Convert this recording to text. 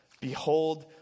behold